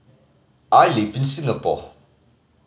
I live in Singapore